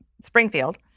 Springfield